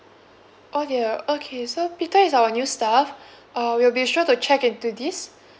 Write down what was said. okay okay so peter is our new staff uh we'll be sure to check into this